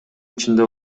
ичинде